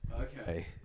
Okay